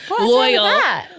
loyal